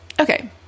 Okay